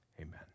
amen